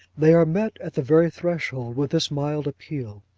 they are met at the very threshold with this mild appeal.